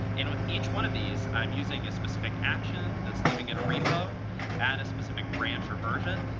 and with each one of these, i'm using a specific action that's living at a repo at a specific branch or version.